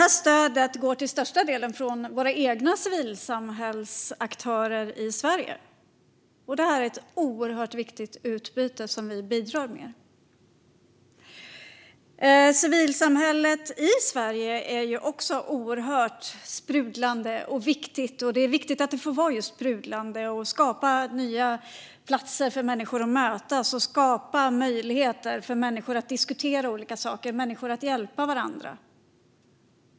Detta stöd utgår till största delen från våra egna civilsamhällesaktörer i Sverige. Det är ett oerhört viktigt utbyte som vi bidrar med. Civilsamhället i Sverige är oerhört sprudlande och viktigt. Det är viktigt att det får vara just sprudlande och skapa nya platser för människor att mötas och möjligheter för människor att diskutera olika saker och hjälpa varandra.